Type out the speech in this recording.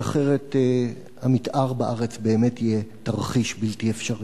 כי אחרת המיתאר בארץ באמת יהיה תרחיש בלתי אפשרי.